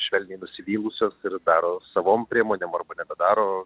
švelniai nusivylusios ir daro savom priemonėm arba nebedaro